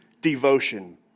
devotion